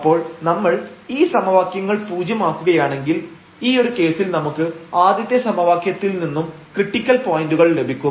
അപ്പോൾ നമ്മൾ ഈ സമവാക്യങ്ങൾ പൂജ്യമാക്കുകയാണെങ്കിൽ ഈ ഒരു കേസിൽ നമുക്ക് ആദ്യത്തെ സമവാക്യത്തിൽ നിന്നും ക്രിട്ടിക്കൽ പോയന്റുകൾ ലഭിക്കും